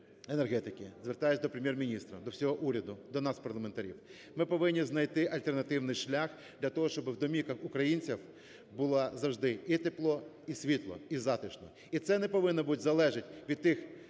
енергетики, звертаюся до Прем'єр-міністра, до всього уряду, до нас, парламентарів: ми повинні знайти альтернативний шлях, для того щоб в домівках українців було завжди і тепло, і світло, і затишно. І це не повинно залежати від тих